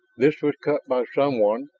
this was cut by someone,